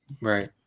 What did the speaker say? Right